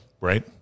Right